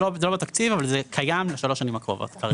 בתקציב אבל זה קיים לשלוש שנים הקרובות.